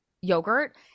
yogurt